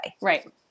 Right